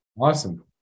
Awesome